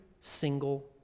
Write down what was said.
single